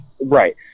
Right